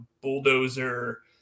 bulldozer